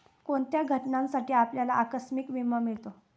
कोणत्या घटनांसाठी आपल्याला आकस्मिक विमा मिळतो?